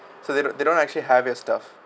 so they don't they don't actually have your stuff